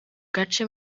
gace